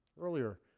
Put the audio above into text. earlier